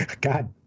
God